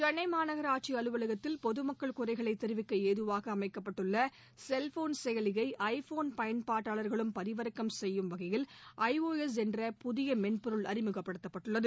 சென்னை மாநகராட்சி அலுவலகத்தில் பொதுமக்கள் குறைகளை தெரிவிக்க ஏதுவாக அமைக்கப்பட்டுள்ள செல்போன் செயலியை ஐ போன் பயன்பாட்டாளர்களும் பதிவிறக்கம் செய்யும் வகையில் ஐ ஓ எஸ் என்ற புதிய மெள்பொருள் அறிமுகப்படுத்தப்பட்டுள்ளது